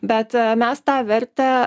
bet a mes tą vertę